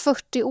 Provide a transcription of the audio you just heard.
40